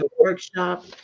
workshop